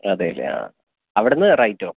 അതെ അല്ലേ അവിടുന്ന് റൈറ്റോ